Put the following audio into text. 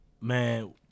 man